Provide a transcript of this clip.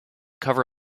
cover